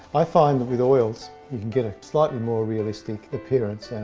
i find with oils you can get a slightly more realistic appearance